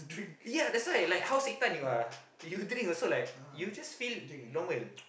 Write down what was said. yeah that's why I like how say time you are you drink also like you just feel like normal